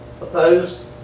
Opposed